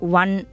one